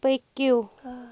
پٔکِو